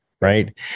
right